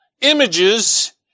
images